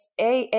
AA